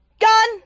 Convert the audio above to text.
Gun